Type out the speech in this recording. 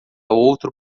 outro